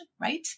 right